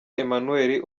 emmanuel